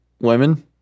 women